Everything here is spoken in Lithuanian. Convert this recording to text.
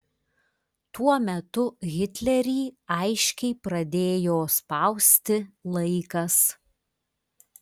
tuo metu hitlerį aiškiai pradėjo spausti laikas